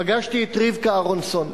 פגשתי את רבקה אהרונסון,